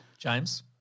James